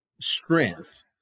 strength